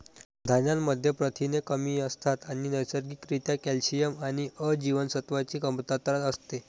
धान्यांमध्ये प्रथिने कमी असतात आणि नैसर्गिक रित्या कॅल्शियम आणि अ जीवनसत्वाची कमतरता असते